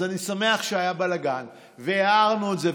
אז אני שמח שהיה בלגן והערנו את זה,